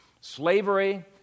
Slavery